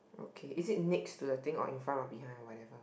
okay it is next to the thing or in front or behind or whatever